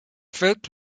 fait